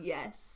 Yes